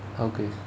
okay